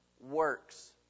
works